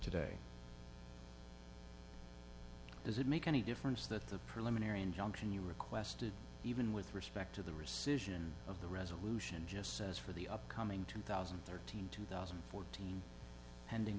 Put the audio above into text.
today does it make any difference that the preliminary injunction you requested even with respect to the rescission of the resolution just says for the upcoming two thousand and thirteen two thousand and fourteen pending